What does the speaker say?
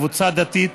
קבוצה דתית,